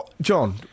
John